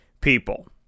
people